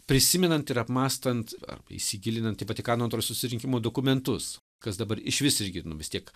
prisimenant ir apmąstant apie įsigilinant į vatikano antro susirinkimo dokumentus kas dabar išvis irgi nu vis tiek